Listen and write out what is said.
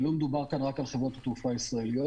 ולא מדובר פה רק על חברות התעופה הישראליות